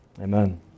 Amen